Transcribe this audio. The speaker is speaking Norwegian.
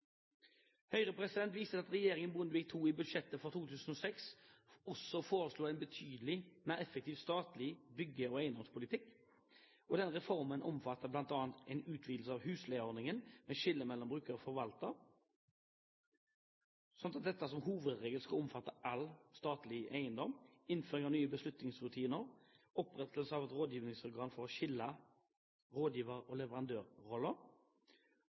Høyre viser til at regjeringen Bondevik II i budsjettet for 2006 foreslo en betydelig mer effektiv statlig bygge- og eiendomspolitikk. Denne reformen omfatter bl.a. en utvidelse av husleieordningen med skille mellom bruker og forvalter, slik at dette som hovedregel skal omfatte all statlig eiendom, innføring av nye beslutningsrutiner, opprettelse av et rådgivningsorgan for å skille rådgiverrollen og leverandørrollen,